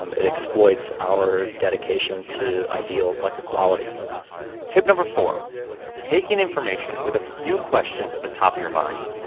um it exploits our dedication to ideals like equality tip no. four take in information with a few questions at the top of your mind.